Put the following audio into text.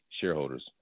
shareholders